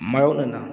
ꯃꯥꯏꯌꯣꯛꯅꯅ